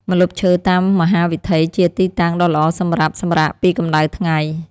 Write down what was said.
ម្លប់ឈើតាមមហាវិថីជាទីតាំងដ៏ល្អសម្រាប់សម្រាកពីកម្ដៅថ្ងៃ។